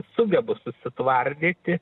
sugebu susitvardyti